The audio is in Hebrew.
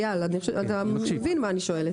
אייל, אתה מבין מה אני שואלת.